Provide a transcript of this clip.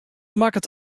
makket